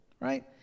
right